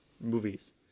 movies